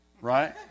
Right